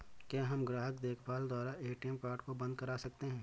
क्या हम ग्राहक देखभाल द्वारा ए.टी.एम कार्ड को बंद करा सकते हैं?